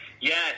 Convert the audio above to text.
Yes